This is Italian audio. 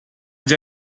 già